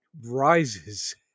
rises